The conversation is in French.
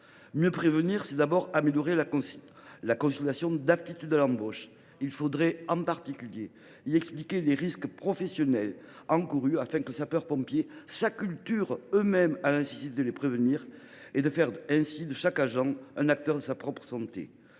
Mieux prévenir, c’est d’abord améliorer la consultation d’aptitude à l’embauche. Il faudrait en particulier y expliquer les risques professionnels encourus, afin que les sapeurs pompiers s’acculturent eux mêmes à la nécessité de les prévenir. Chaque agent deviendrait ainsi un acteur de sa propre santé.